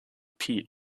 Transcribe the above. peat